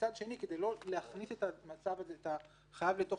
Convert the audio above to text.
מצד שני, כדי לא להכניס את החייב לתוך